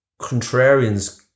contrarians